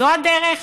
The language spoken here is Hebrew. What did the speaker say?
זו הדרך?